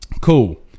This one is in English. Cool